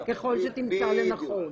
ככל שתמצא לנכון,